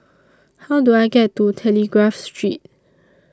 How Do I get to Telegraph Street